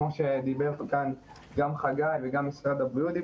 כמו שאמר כאן גם חגי וגם משרד הבריאות,